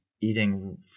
eating